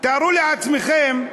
תארו לעצמכם,